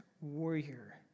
warrior